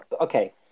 okay